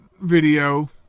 video